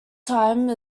time